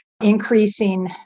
increasing